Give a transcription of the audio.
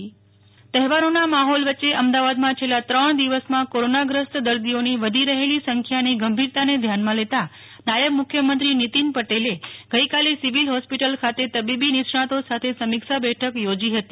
નીતિન પટેલ સમીક્ષા બેઠક તહેવારોના માહોલ વચ્ચે અમદાવાદમાં છેલ્લા ત્રણ દિવસમાં કોરોનાગ્રસ્ત દર્દીઓની વધી રહેલી સંખ્યાની ગંભીરતાને ધ્યાને લેતાં નાયબ મુખ્યમંત્રી નીતિન પટેલે ગઈકાલે સિવિલ હોસ્પિટલ ખાતે તબીબી નિષ્ણાંતો સાથે સમીક્ષા બેઠક યોજી હતી